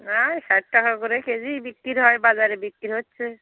না ষাট টাকা করে কেজিই বিক্রি হয় বাজারে বিক্রি হচ্ছে